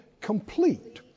Complete